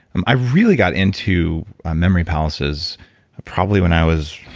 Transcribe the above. and i really got into ah memory palaces probably when i was.